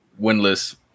winless